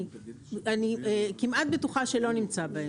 אני כמעט בטוחה שלא נמצא בהן.